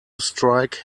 strike